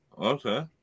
Okay